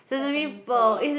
sesame pearl